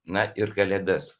na ir kalėdas